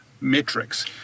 metrics